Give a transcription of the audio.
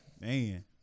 Man